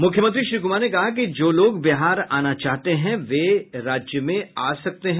मुख्यमंत्री श्री कुमार ने कहा है कि जो लोग बिहार आना चाहते हैं वे राज्य में आ सकते हैं